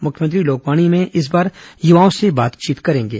मुख्यमंत्री लोकवाणी में इस बार युवाओं से बातचीत करेंगे